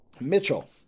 Mitchell